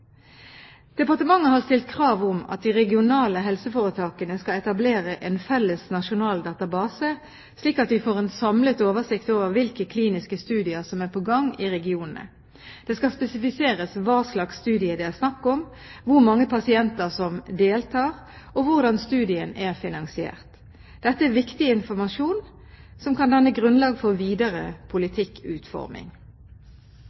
Departementet har stilt krav om at de regionale helseforetakene skal etablere en felles nasjonal database, slik at vi får en samlet oversikt over hvilke kliniske studier som er på gang i regionene. Det skal spesifiseres hva slags studie det er snakk om, hvor mange pasienter som deltar, og hvordan studien er finansiert. Dette er viktig informasjon som kan danne grunnlag for videre